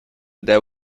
that